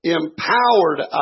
empowered